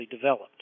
developed